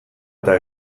eta